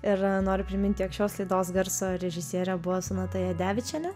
ir noriu primint jog šios laidos garso režisierė buvo sonata jadevičienė